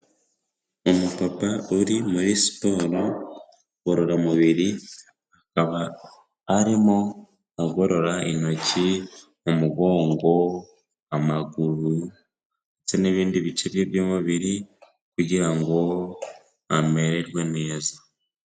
Umupapa uri muri siporo ngororamubiri, akaba arimo agorora intoki, umugongo, amaguru ndetse n'ibindi bice bye by'umubiri kugira ngo amererwe neza.